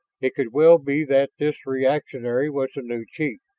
it could well be that this reactionary was new chief,